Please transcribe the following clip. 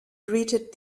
greeted